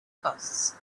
costs